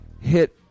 hit